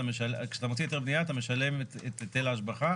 כשאתה מוציא היתר בנייה אתה משלם את היטל ההשבחה